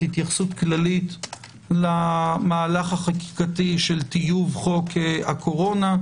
התייחסות כללית למהלך החקיקתי של טיוב חוק הקורונה.